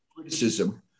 criticism